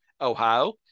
ohio